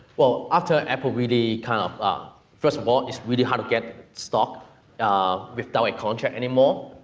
well, after apple really, kind of, ah first of all, it's really hard to get stock ah without a contract anymore,